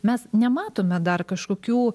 mes nematome dar kažkokių